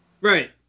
right